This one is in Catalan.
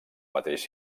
mateix